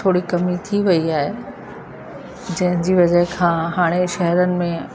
थोरी कमी थी वई आहे जंहिंजी वजह खां हाणे शहरनि में